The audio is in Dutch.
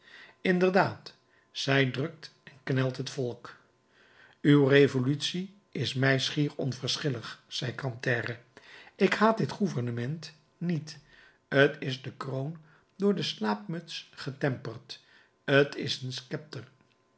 inderdaad zij drukt en knelt het volk uw revolutie is mij schier onverschillig zei grantaire ik haat dit gouvernement niet t is de kroon door de slaapmuts getemperd t is een